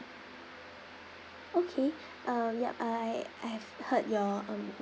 okay uh yup I I have heard your um